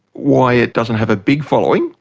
why it doesn't have a big following,